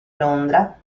londra